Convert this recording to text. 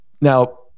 Now